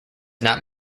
not